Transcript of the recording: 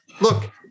look